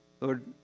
Lord